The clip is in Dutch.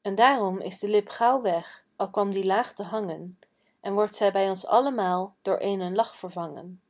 en daarom is de lip gauw weg al kwam die laag te hangen en wordt zij bij ons altemaal door eenen lach vervangen